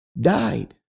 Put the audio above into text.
died